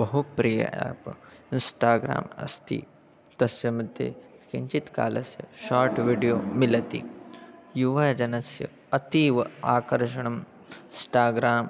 बहु प्रियम् app Instagram अस्ति तस्य मध्ये किञ्चित् कालस्य शार्ट् वीडियो मिलति युवजनस्य अतीव आकर्षणं स्टाग्राम्